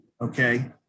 Okay